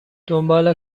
دنبال